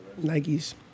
Nikes